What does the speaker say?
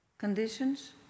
Conditions